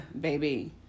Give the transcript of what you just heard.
Baby